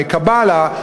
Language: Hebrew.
מ"קבלה",